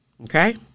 Okay